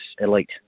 elite